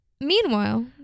Meanwhile